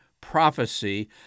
prophecy